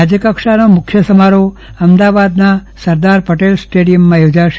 રાજ્ય કક્ષાનો મુખ્ય સમારોહ અમદાવાદના સરદાર પટેલ સ્ટેડિયમમાં યોજાશે